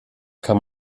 kann